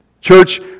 Church